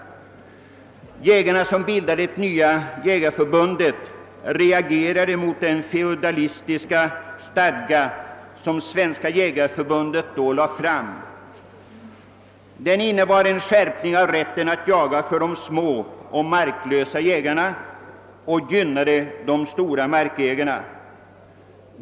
De jägare som bildade det nya förbundet reagerade nämligen mot den feodalistiska stadga som Svenska jägareförbundet då presenterade och som innebar en beskärning av rätten att jaga för de små markägarna och de marklösa jägarna och ett gynnande av de stora markägarna.